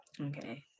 Okay